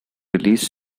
released